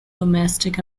domestic